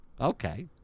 Okay